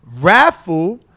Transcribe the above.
raffle